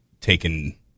taken